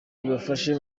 ibafashe